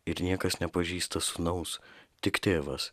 ir niekas nepažįsta sūnaus tik tėvas